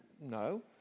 No